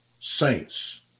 saints